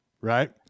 right